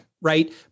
right